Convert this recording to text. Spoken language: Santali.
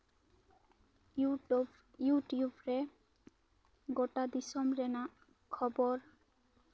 ᱠᱤᱭᱩᱴᱳ ᱤᱭᱩᱴᱩᱵᱷ ᱨᱮ ᱜᱳᱴᱟ ᱫᱤᱥᱚᱢ ᱨᱮᱱᱟᱜ ᱠᱷᱚᱵᱚᱨ